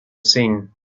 seen